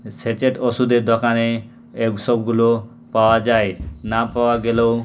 সেচেট ওষুধের দোকানে এসবগুলো পাওয়া যায় না পাওয়া গেলেও